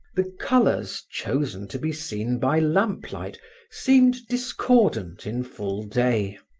the colors chosen to be seen by lamp-light seemed discordant in full day.